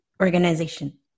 organization